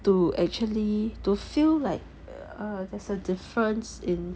to actually to feel like uh there's a difference in